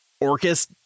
Orcus